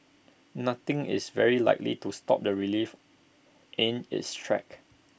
nothing is very likely to stop the relief in its tracks